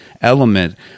element